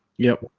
yep,